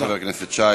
תודה, חבר הכנסת שי.